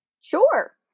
Sure